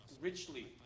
richly